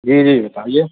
جی جی بتائیے